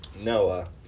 Noah